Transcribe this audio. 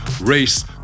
race